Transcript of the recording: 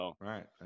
right